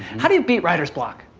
how do you beat writer's block?